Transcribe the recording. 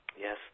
Yes